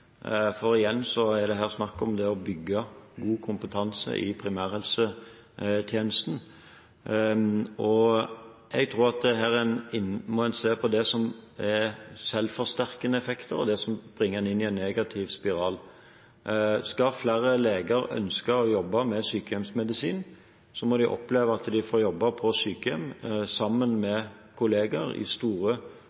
Igjen er det her snakk om det å bygge god kompetanse i primærhelsetjenesten. Jeg tror at en her må se på det som er selvforsterkende effekter, og det som bringer en inn i en negativ spiral. Skal flere leger ønske å jobbe med sykehjemsmedisin, må de oppleve at de får jobbe på sykehjem sammen med kolleger i store